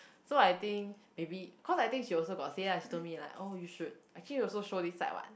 so I think maybe cause I think she also got say lah she told me like oh you should actually show this slide one